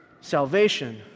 Salvation